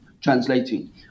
Translating